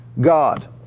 God